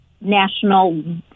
national